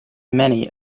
many